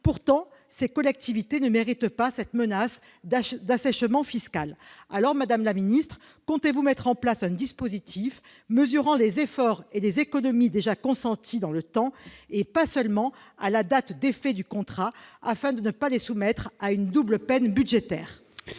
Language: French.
Pourtant, ces collectivités ne méritent pas cette menace d'assèchement fiscal. Madame la ministre, comptez-vous mettre en place un dispositif mesurant les efforts et les économies déjà consentis dans le passé, et non pas seulement à la date d'effet du contrat, afin de ne pas soumettre ces collectivités à une double peine budgétaire ?